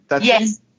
Yes